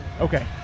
Okay